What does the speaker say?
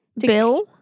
Bill